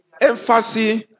Emphasis